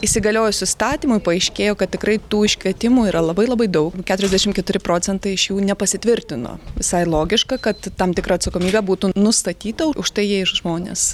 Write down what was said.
įsigaliojus įstatymui paaiškėjo kad tikrai tų iškvietimų yra labai labai daug keturiasdešim keturi procentai iš jų nepasitvirtino visai logiška kad tam tikra atsakomybė būtų nustatyta už tai jei žmonės